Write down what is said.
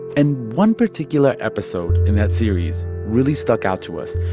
and one particular episode in that series really stuck out to us.